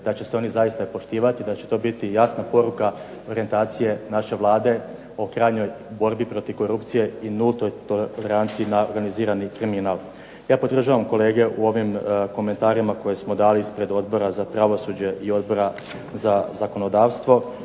da će se oni zaista i poštivati, da će to biti jasna poruka orijentacije naše Vlade o krajnjoj borbi protiv korupcije i nultoj toleranciji na organizirani kriminal. Ja podržavam kolege u ovim komentarima koje smo dali ispred Odbora za pravosuđe i Odbora za zakonodavstvo